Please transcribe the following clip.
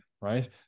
right